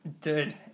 Dude